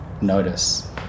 notice